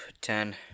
Ten